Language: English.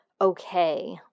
okay